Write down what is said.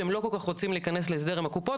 שהם לא כל כך רוצים להיכנס להסדר עם הקופות,